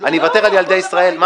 אני אוותר על ילדי ישראל?